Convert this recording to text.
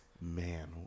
Man